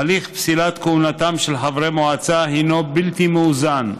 הליך פסילת כהונתם של חברי מועצה הוא בלתי מאוזן,